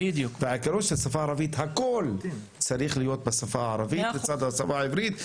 והעיקרון הוא שהכול צריך להיות בשפה הערבית לצד השפה העברית,